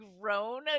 grown